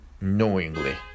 knowingly